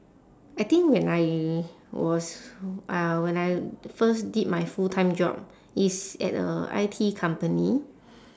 I think when I was uh when I first did my full-time job it's at a I_T company